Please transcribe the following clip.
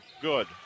good